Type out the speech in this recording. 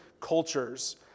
cultures